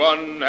One